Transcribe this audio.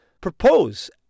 propose